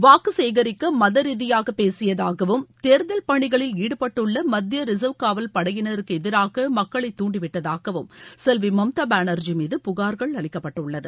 வாக்கு சேகரிக்க மதரீதியாக பேசியதாகவும் தேர்தல் பணிகளில் ஈடுபட்டுள்ள மத்திய ரிசர்வ் காவல் படையினருக்கு எதிராக மக்களை துண்டிவிட்டதாகவும் செல்வி மமதா பானர்ஜி மீது புகார்கள் அளிக்கப்பட்டுள்ளது